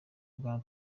bwana